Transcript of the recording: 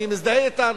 אני מזדהה אתן,